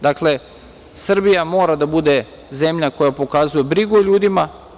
Dakle, Srbija mora da bude zemlja koja pokazuje brigu o ljudima.